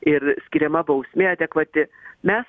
ir skiriama bausmė adekvati mes